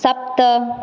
सप्त